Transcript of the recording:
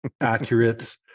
accurate